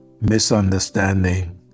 misunderstanding